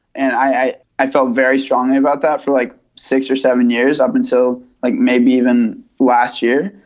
and i i felt very strongly about that for like six or seven years. i've been so like maybe even last year.